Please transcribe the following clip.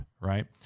right